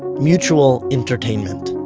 mutual entertainment.